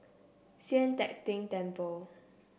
Sian Teck Tng Temple